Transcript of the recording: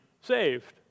saved